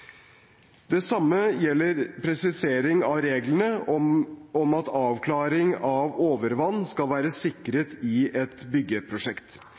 Det samme gjelder presiseringen av reglene om at avklaring av overvann skal være sikret i et byggeprosjekt.